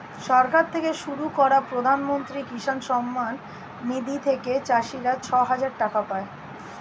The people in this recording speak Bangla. সরকার থেকে শুরু করা প্রধানমন্ত্রী কিষান সম্মান নিধি থেকে চাষীরা ছয় হাজার টাকা পায়